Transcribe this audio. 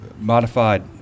modified